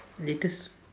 latest